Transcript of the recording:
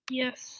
yes